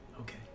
Okay